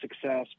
success